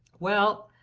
well,